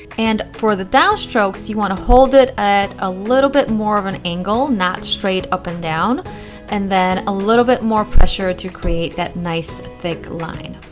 and for the down strokes you want to hold it at a little bit more of an angle not straight up and down and then a little bit more pressure to create that nice thick line.